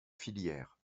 filière